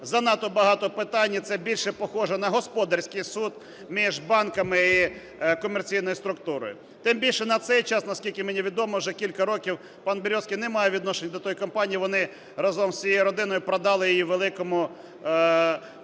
занадто багато питань, і це більше схоже на господарський суд між банками і комерційною структурою. Тим більше на цей час, наскільки мені відомо, вже кілька років пан Березкін не має відношення до тієї компанії, вони разом з усією родиною продали її великому